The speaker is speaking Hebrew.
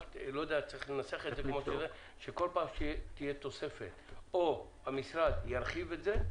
צריך לנסח את זה כך שכל פעם שתהיה תוספת או המשרד ירחיב את זה,